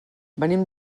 venim